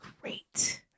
great